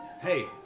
Hey